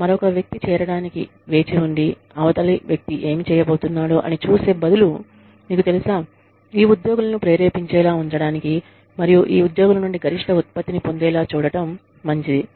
మరియు మరొక వ్యక్తి చేరడానికి వేచి ఉండి అవతలి వ్యక్తి ఏమి చేయబోతున్నాడో అని చూసే బదులు మీకు తెలుసా ఈ ఉద్యోగులను ప్రేరేపించేలా ఉంచడానికి మరియు ఈ ఉద్యోగుల నుండి గరిష్ట ఉత్పత్తిని పొందేల చూడటం మంచిది